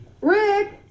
Rick